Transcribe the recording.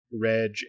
reg